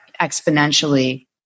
exponentially